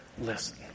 listen